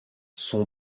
son